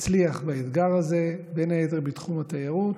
להצליח באתגר הזה, בין היתר בתחום התיירות,